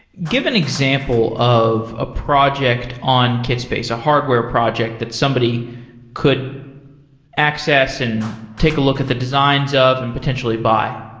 give an example of a project on kitspace, a hardware project that somebody could access and take a look at the designs of and potentially buy.